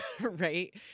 Right